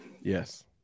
Yes